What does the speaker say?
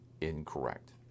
incorrect